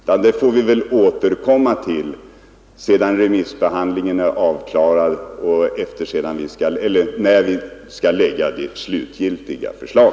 Men detta får vi väl återkomma till sedan remissbehandlingen är avklarad och det slutgiltiga förslaget skall läggas fram.